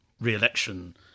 re-election